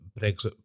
Brexit